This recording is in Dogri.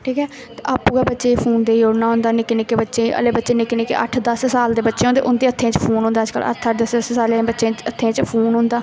ठीक ऐ ते आपूं गै बच्चे गी फोन देई ओड़ना होंदा निक्के निक्के बच्चें गी हल्लै बच्चे निक्के निक्के अट्ठ दस साल दे बच्चे होंदे उं'दे हत्थें च फोन होंदा अजकल्ल अट्ठ अट्ठ दस दस साल्लें दे बच्चें च हत्थें च फोन होंदा